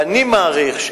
ואני מעריך,